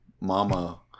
Mama